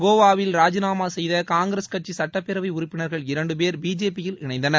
கோவாவில் ராஜினாமா செய்த காங்கிரஸ் கட்சி சட்டப்பேரவை உறுப்பினர்கள் இரண்டு பேர் பிஜேபியில் இணைந்தனர்